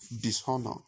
Dishonor